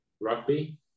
rugby